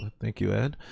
thank you ed.